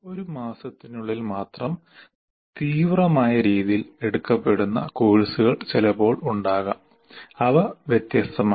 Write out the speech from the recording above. ഒരു മാസത്തിനുള്ളിൽ മാത്രം തീവ്രമായ രീതിയിൽ എടുക്കപെടുന്ന കോഴ്സുകൾ ചിലപ്പോൾ ഉണ്ടാകാം അവ വ്യത്യസ്തമാണ്